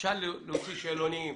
בקשה להוציא שאלונים,